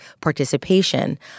participation